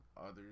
others